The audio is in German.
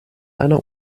einer